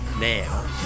now